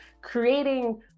creating